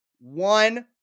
one